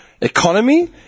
economy